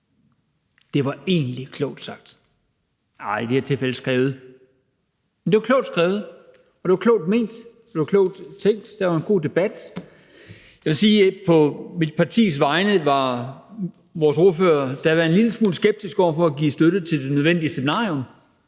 Det var egentlig klogt sagt – eller i dette tilfælde skrevet. Men det var klogt skrevet, og det var klogt ment, og det var klogt tænkt, og det var en god debat. Jeg vil sige på mit partis vegne, at vores daværende ordfører var en lille smule skeptisk over for at give støtte til Det Nødvendige Seminarium.